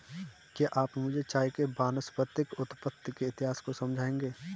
क्या आप मुझे चाय के वानस्पतिक उत्पत्ति के इतिहास को समझाएंगे?